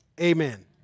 amen